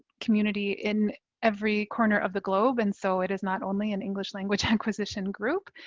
community in every corner of the globe. and so it is not only an english language acquisition group.